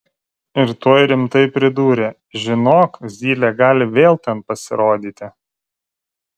ir tuoj rimtai pridūrė žinok zylė gali vėl ten pasirodyti